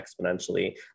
exponentially